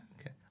okay